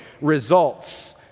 results